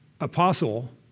apostle